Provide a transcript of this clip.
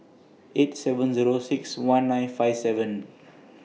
eight seven Zero six one nine five seven